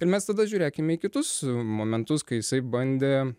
ir mes tada žiūrėkim į kitus momentus kai jisai bandė